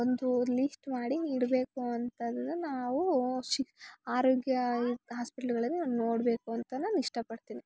ಒಂದು ಲೀಸ್ಟ್ ಮಾಡಿ ಇಡಬೇಕು ಅಂತದ್ನ ನಾವು ಆರೋಗ್ಯ ಹಾಸ್ಪಿಟಲ್ಗಳಲ್ಲಿ ನಾನು ನೋಡಬೇಕು ಅಂತ ನಾನಿಷ್ಟ ಪಡ್ತೀನಿ